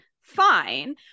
fine